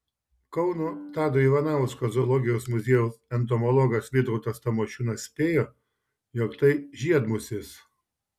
kauno tado ivanausko zoologijos muziejaus entomologas vytautas tamošiūnas spėjo jog tai žiedmusės